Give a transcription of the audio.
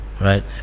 right